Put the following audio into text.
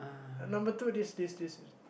and number two this this this